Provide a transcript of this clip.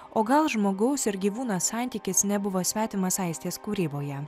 o gal žmogaus ir gyvūno santykis nebuvo svetimas aistės kūryboje